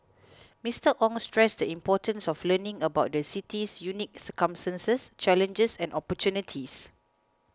Mister Ong stressed the importance of learning about the city's unique circumstances challenges and opportunities